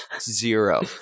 zero